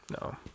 No